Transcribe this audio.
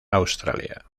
australia